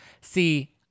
See